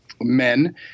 men